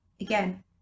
Again